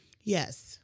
yes